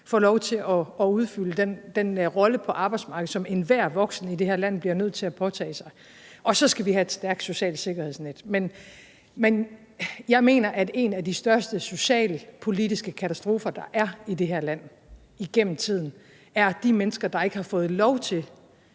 få lov til at udfylde den rolle på arbejdsmarkedet, som enhver voksen i det her land bliver nødt til at påtage sig, og så skal vi have et stærkt socialt sikkerhedsnet. Jeg mener, at en af de største socialpolitiske katastrofer, der igennem tiden har været i det her land, er, at der er